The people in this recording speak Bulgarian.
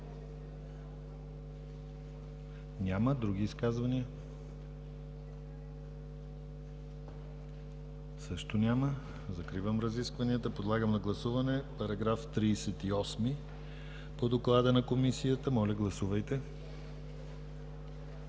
Няма. Други изказвания? Също няма. Закривам разискванията. Подлагам на гласуване § 38 по Доклада на Комисията. Гласуват